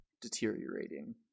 deteriorating